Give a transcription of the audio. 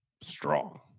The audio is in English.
strong